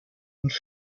und